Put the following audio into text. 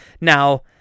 now